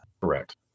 Correct